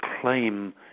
claim